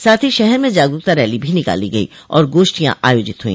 साथ ही शहर में जागरूकता रैली भी निकाली गई और गोष्ठियां आयोजित हुई